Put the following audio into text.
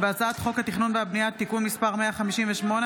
הצעת חוק התכנון והבנייה (תיקון מס' 158),